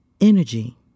energy